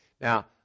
Now